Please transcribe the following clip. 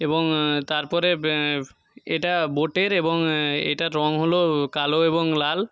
এবং তারপরে এটা বোটের এবং এটার রঙ হলো কালো এবং লাল